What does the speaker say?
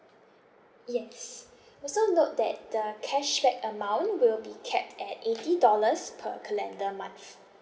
yes also note that the cashback amount will be capped at eighty dollars per calendar month